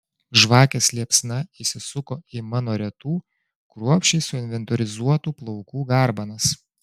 žvakės liepsna įsisuko į mano retų kruopščiai suinventorizuotų plaukų garbanas